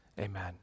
Amen